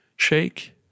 shake